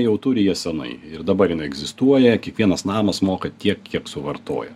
jau turi jie senai ir dabar jinai egzistuoja kiekvienas namas moka tiek kiek suvartoja